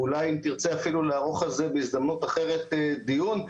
ואולי אם תרצה אפילו לערוך על זה בהזדמנות אחרת דיון,